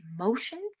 emotions